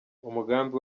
umugambi